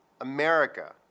America